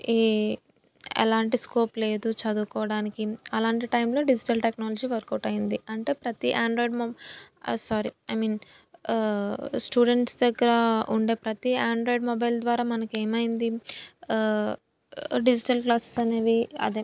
ఈ ఎలాంటి స్కోప్ లేదు చదువుకోవడానికి అలాంటి టైంలో డిజిటల్ టెక్నాలజీ వర్క్అవుట్ అయింది అంటే ప్రతి ఆండ్రాయిడ్ మొబ్ సారి ఐమీన్ స్టూడెంట్స్ దగ్గర ఉండే ప్రతి ఆండ్రాయిడ్ మొబైల్ ద్వారా మనకు ఏమైంది డిజిటల్ క్లాసెస్ అనేవి అదే